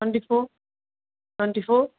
twenty four twenty four